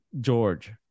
George